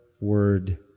Word